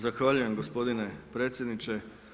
Zahvaljujem gospodine predsjedniče.